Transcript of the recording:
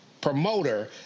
promoter